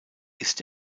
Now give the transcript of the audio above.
ist